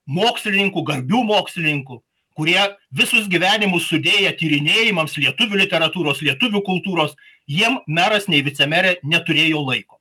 mokslininkų garbių mokslininkų kurie visus gyvenimus sudėję tyrinėjimams lietuvių literatūros lietuvių kultūros jiem meras nei vicemerė neturėjo laiko